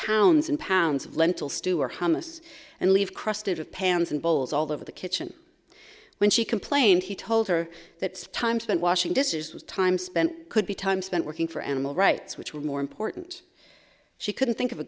pounds and pounds of lentil stew or hummus and leave crusted of pans and bowls all over the kitchen when she complained he told her that time spent washing dishes was time spent could be time spent working for animal rights which were more important she couldn't think of a